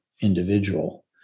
individual